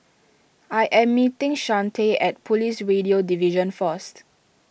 I am meeting Shante at Police Radio Division first